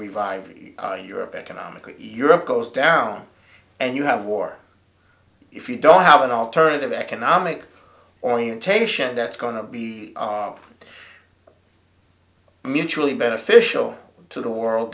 revive it in europe economically europe goes down and you have war if you don't have an alternative economic orientation that's going to be mutually beneficial to the world